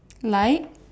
like